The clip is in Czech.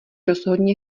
rozhodně